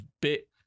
bit